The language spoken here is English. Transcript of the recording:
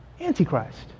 Antichrist